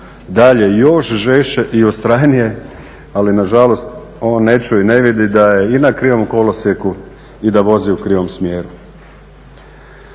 dalje još žešće i ustrajnije ali nažalost on ne čuje i ne vidi da je i na krivom kolosijeku i da vozi u krivom smjeru.